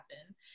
happen